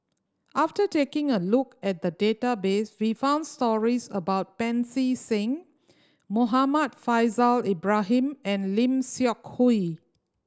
after taking a look at the database we found stories about Pancy Seng Muhammad Faishal Ibrahim and Lim Seok Hui